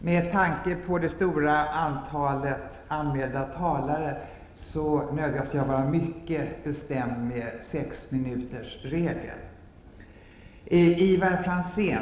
Med tanke på det stora antalet anmälda talare nödgas jag vara mycket bestämd med sexminutersregeln.